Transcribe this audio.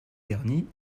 garni